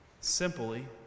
Simply